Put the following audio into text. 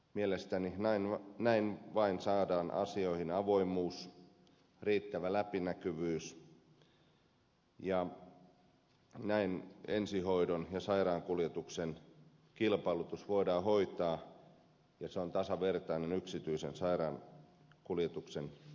mielestäni vain näin saadaan asioihin avoimuus riittävä läpinäkyvyys ja näin ensihoidon ja sairaankuljetuksen kilpailutus voidaan hoitaa ja se on tasavertainen yksityisen sairaankuljetuksen kanssa